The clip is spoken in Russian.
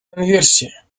конверсия